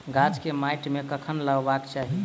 गाछ केँ माइट मे कखन लगबाक चाहि?